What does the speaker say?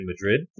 Madrid